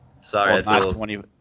Sorry